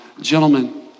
Gentlemen